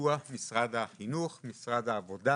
בפיקוח של משרד החינוך, משרד העבודה,